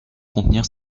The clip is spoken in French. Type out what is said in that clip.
contenir